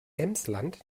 emsland